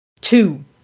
two